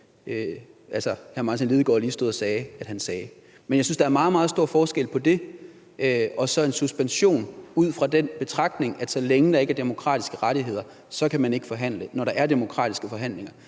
det, hr. Martin Lidegaard lige stod og sagde at han ville sige. Men jeg synes, der er meget, meget stor forskel på det og så en suspension ud fra den betragtning, at så længe der ikke er demokratiske rettigheder, kan man ikke forhandle; når der er demokratiske rettigheder,